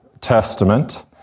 Testament